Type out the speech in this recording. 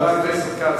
חבר הכנסת כץ,